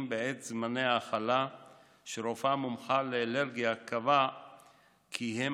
בעת זמני ההאכלה שרופאה מומחית לאלרגיה קבעה כי הם